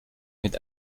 mit